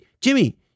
Jimmy